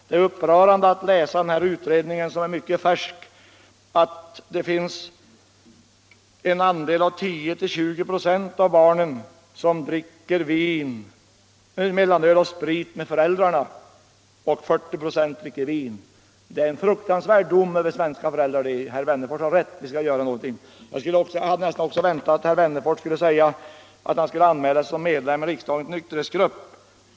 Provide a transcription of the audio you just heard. Det är upprörande att läsa den färska utredning som säger att bland våra barn är det 10-20 26 som dricker mellanöl och sprit tillsammans med sina föräldrar och 40 26 som dricker vin. Det är en fruktansvärd dom över svenska föräldrar. Herr Wennerfors har rätt — vi måste göra någonting. Jag hade nästan väntat att herr Wennerfors skulle anmäla sig som medlem i riksdagens nykterhetsgrupp.